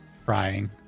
frying